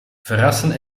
verassen